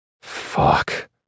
Fuck